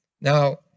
Now